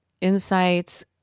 insights